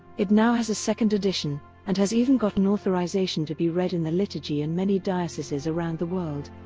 it now has a second edition and has even gotten authorization to be read in the liturgy in many dioceses around the world.